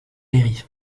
perry